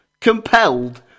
compelled